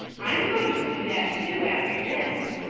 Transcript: i m going to do that, too, after this.